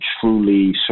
truly